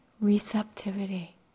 receptivity